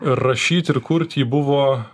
rašyti ir kurt jį buvo